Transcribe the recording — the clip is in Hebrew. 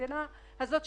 למדינה הזאת,